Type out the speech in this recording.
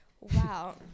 Wow